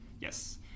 Yes